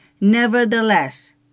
nevertheless